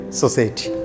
society